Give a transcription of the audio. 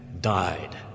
died